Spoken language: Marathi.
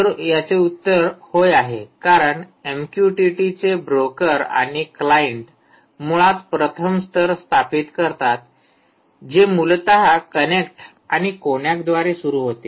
तर याचे उत्तर होय आहे कारण एमक्यूटीटीचे ब्रोकर आणि क्लायंट मुळात प्रथम स्तर स्थापित करतात जे मूलत कनेक्ट आणि कोनॅकद्वारे सुरू होते